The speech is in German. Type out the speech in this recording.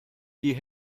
die